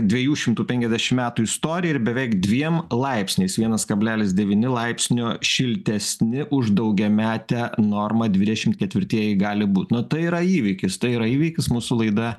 dviejų šimtų penkiasdešim metų istorija ir beveik dviem laipsniais vienas kablelis devyni laipsnio šiltesni už daugiametę normą dvidešimt ketvirtieji gali būt nu tai yra įvykis tai yra įvykis mūsų laida